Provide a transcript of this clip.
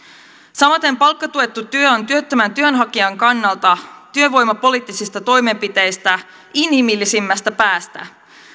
samaten palkkatuettu työ on työttömän työnhakijan kannalta työvoimapoliittisista toimenpiteistä inhimillisimmästä päästä